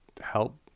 help